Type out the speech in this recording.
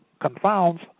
confounds